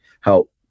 help